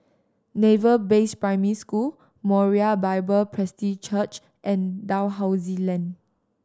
Naval Base Primary School Moriah Bible Presby Church and Dalhousie Lane